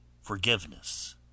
forgiveness